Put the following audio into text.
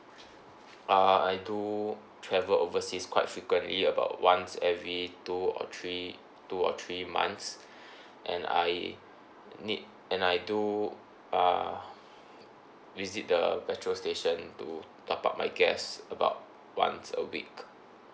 uh I do travel overseas quite frequently about once every two or three two or three months and I need and I do uh visit the petrol station to top up my gas about once a week